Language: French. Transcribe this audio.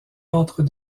ordre